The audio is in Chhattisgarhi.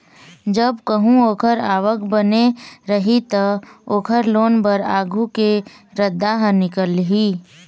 जब कहूँ ओखर आवक बने रही त, ओखर लोन बर आघु के रद्दा ह निकलही